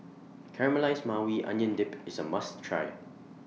Caramelized Maui Onion Dip IS A must Try